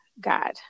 God